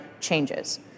changes